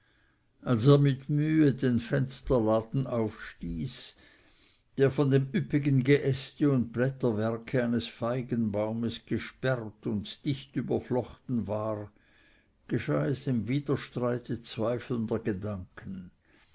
als er mit mühe den fensterladen aufstieß der von dem üppigen geäste und blätterwerke eines feigenbaumes gesperrt und dicht überflochten war geschah es im widerstreite zweifelnder gedanken